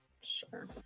Sure